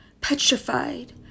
petrified